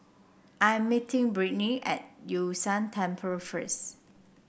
I am meeting Brittnie at Yun Shan Temple first